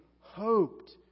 hoped